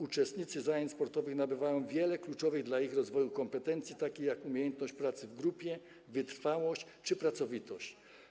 Uczestnicy zajęć sportowych nabywają wiele kluczowych dla ich rozwoju kompetencji, takich jak umiejętność pracy w grupie, wytrwałość czy pracowitość.